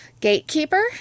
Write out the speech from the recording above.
gatekeeper